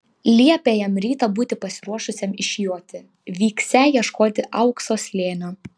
liepė jam rytą būti pasiruošusiam išjoti vyksią ieškoti aukso slėnio